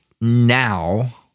now